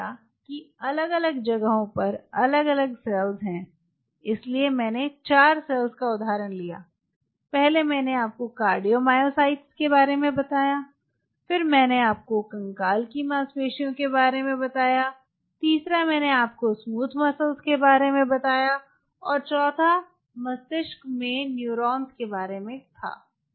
कि अलग अलग जगहों पर अलग अलग सेल्स हैं इसलिए मैंने 4 सेल्स का उदाहरण लिया पहले मैंने आपको कार्डियोमायोसाइट्स के बारे में बताया फिर मैंने आपको कंकाल की मांसपेशी के बारे में बताया तीसरे मैंने आपको स्मूथ मांसपेशियों के बारे में बताया और चौथा मस्तिष्क में न्यूरॉन्स के बारे में था सही है